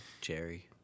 Jerry